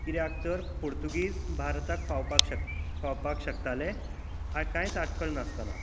कित्याक तर पुर्तूगीज भारताक पावोवपाक शक पावपाक शकताले आं कांयच आडखळ नासताना